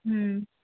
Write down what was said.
हूँ